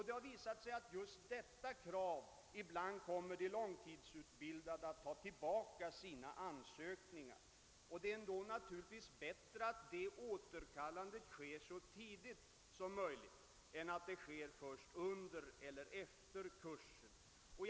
Det har då visat sig att just detta krav ibland får de långtidsutbildade att ta tillbaka sina ansökningar, och det är naturligtvis bättre att återkallandet sker så tidigt som möjligt än att det sker först under eller efter kursen.